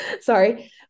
sorry